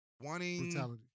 wanting